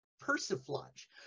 persiflage